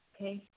Okay